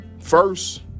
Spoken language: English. first